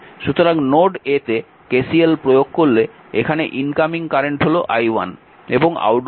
সুতরাং node A তে KCL প্রয়োগ করলে এখানে ইনকামিং কারেন্ট হল i1